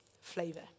flavour